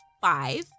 five